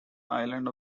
island